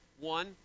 One